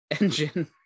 engine